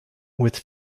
with